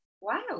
wow